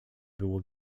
było